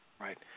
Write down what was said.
Right